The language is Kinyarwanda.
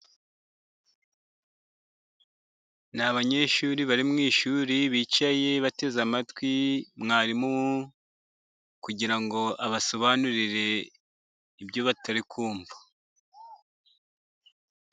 Ni abanyeshuri bari mu ishuri ,bicaye bateze amatwi mwarimu kugirango abasobanurire ibyo batari kumva.